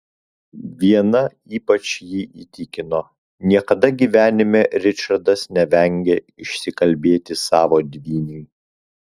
viena ypač jį įtikino niekada gyvenime ričardas nevengė išsikalbėti savo dvyniui